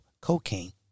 cocaine